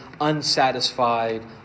unsatisfied